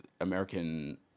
American